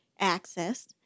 accessed